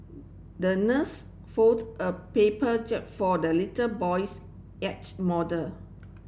the nurse fold a paper jib for the little boy's model